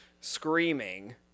screaming –